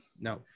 no